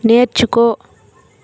నేర్చుకో